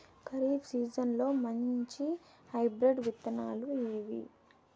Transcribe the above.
ఖరీఫ్ సీజన్లలో మంచి హైబ్రిడ్ విత్తనాలు ఏవి